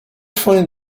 find